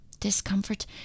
discomfort